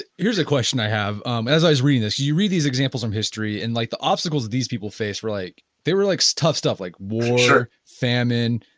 here is a question i have um as i was reading this, you read these examples from history and like the obstacles these people face, right like they're like so tough stuff like war, famine,